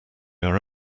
are